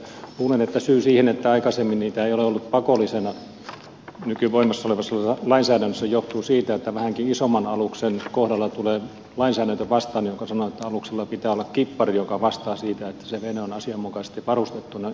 luulen että syy siihen että aikaisemmin niitä ei ole ollut pakollisena voimassa olevassa lainsäädännössä johtuu siitä että vähänkin isomman aluksen kohdalla tulee lainsäädäntö vastaan joka sanoo että aluksella pitää olla kippari joka vastaa siitä että se vene on asianmukaisesti varustettuna